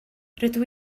rydw